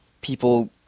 people